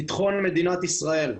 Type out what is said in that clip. ביטחון מדינת ישראל.